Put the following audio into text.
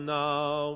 now